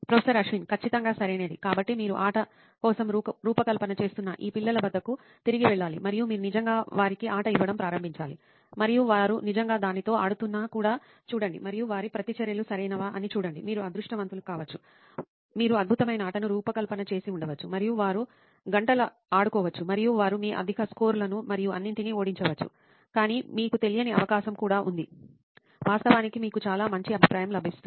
professor Ashwin ఖచ్చితంగా సరైనది కాబట్టి మీరు ఆట కోసం రూపకల్పన చేస్తున్న ఈ పిల్లల వద్దకు తిరిగి వెళ్ళాలి మరియు మీరు నిజంగా వారికి ఆట ఇవ్వడం ప్రారంభించాలి మరియు వారు నిజంగా దానితో ఆడుతున్నా కూడా చూడండి మరియు వారి ప్రతిచర్యలు సరైనవా అని చూడండి మీరు అదృష్టవంతులు కావచ్చు మీరు అద్భుతమైన ఆటను రూపకల్పన చేసి ఉండవచ్చు మరియు వారు గంటలు ఆడుకోవచ్చు మరియు వారు మీ అధిక స్కోర్లను మరియు అన్నింటినీ ఓడించవచ్చు కానీ మీకు తెలియని అవకాశం కూడా ఉంది వాస్తవానికి మీకు చాలా మంచి అభిప్రాయం లభిస్తుంది